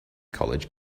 college